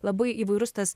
labai įvairus tas